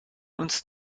uns